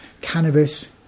cannabis